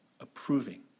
approving